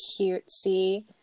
cutesy